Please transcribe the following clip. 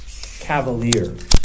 cavalier